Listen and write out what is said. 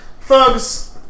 Thugs